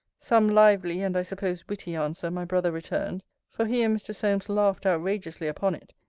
some lively, and, i suppose, witty answer, my brother returned for he and mr. solmes laughed outrageously upon it,